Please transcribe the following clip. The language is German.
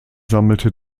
sammelte